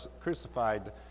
crucified